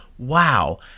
Wow